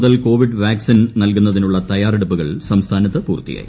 മുതൽ covid vaccine നൽകുന്നതിനുള്ള തയ്യാറെടുപ്പുകൾ സംസ്ഥാനത്ത് പൂർത്തിയായി